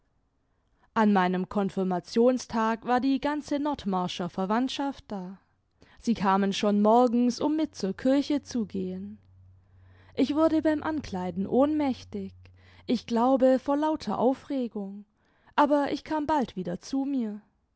an meinem konfirmationstag war die ganze nordmarscher verwandtschaft da sie kamen schon morgens um mit zur kirche zu gehen ich wurde beim ankleiden ohnmächtig ich glaube vor lauter aufregimg aber ich kam bald wieder zu mir